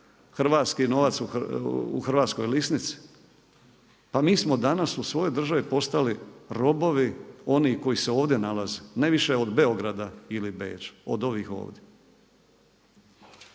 hrvatski novac u hrvatskoj lisnici, pa mi smo danas u svojoj državi postali robovi onih koji se ovdje nalaze, ne više od Beograda ili Beča, od ovih ovdje.